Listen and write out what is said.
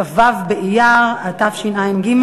כ"ו באייר התשע"ג,